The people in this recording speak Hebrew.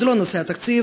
וזה לא נושא התקציב,